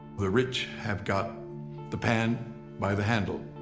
the rich have got the pan by the handle.